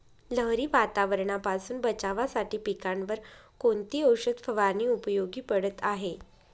लहरी वातावरणापासून बचावासाठी पिकांवर कोणती औषध फवारणी उपयोगी पडत आहे?